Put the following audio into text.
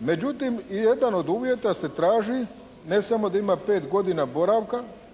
međutim i jedan od uvjeta se traži ne samo da ima 5 godina boravka,